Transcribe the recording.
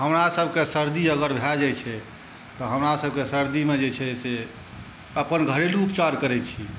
हमरा सबके सरदी अगर भए जाइ छै तऽ हमरा सबके सरदीमे जे छै अपन घरेलू उपचार करै छी